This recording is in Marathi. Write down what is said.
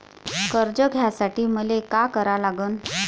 कर्ज घ्यासाठी मले का करा लागन?